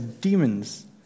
demons